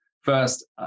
first